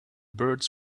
birds